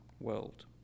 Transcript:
world